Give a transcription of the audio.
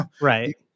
Right